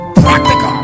practical